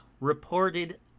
reported